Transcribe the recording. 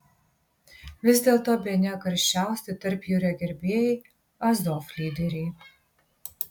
vis dėlto bene karščiausi tarpjūrio gerbėjai azov lyderiai